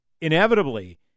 inevitably